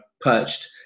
perched